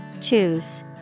Choose